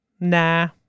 nah